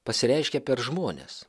pasireiškia per žmones